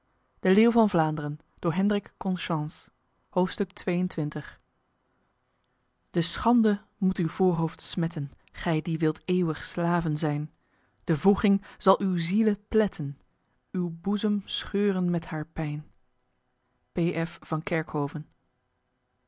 de schande moet uw voorhoofd smetten gy die wilt eeuwig slaven zyn de wroeging zal uw ziele pletten uw boezem scheuren met haerpyn pf